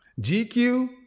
GQ